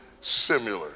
similar